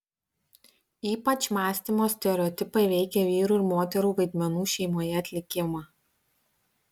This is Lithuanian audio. ypač mąstymo stereotipai veikė vyrų ir moterų vaidmenų šeimoje atlikimą